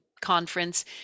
conference